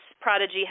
prodigy